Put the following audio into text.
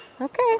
Okay